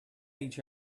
each